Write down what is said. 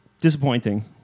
Disappointing